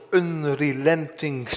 unrelenting